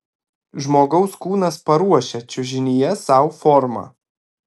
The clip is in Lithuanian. žmogaus kūnas paruošia čiužinyje sau formą